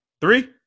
Three